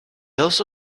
also